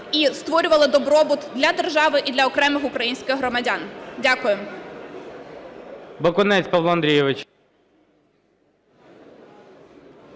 і створювала добробут для держави і для окремих українських громадян. Дякую.